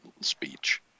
speech